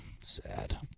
Sad